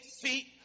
feet